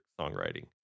songwriting